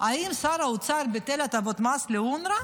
האם שר האוצר ביטל את הטבות המס לאונר"א?